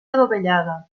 adovellada